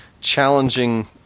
challenging